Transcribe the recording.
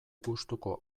gustuko